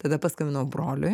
tada paskambinau broliui